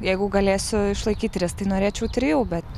jeigu galėsiu išlaikyt tris tai norėčiau trijų bet